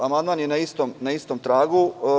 Amandman je na istom tragu.